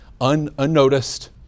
unnoticed